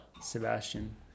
sebastian